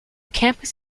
campus